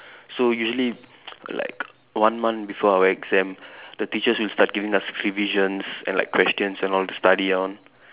so usually like one month before our exam the teachers will start giving us revisions and like questions and all to study on